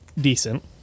decent